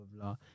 blah